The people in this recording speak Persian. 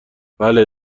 بله